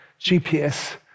GPS